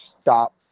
stop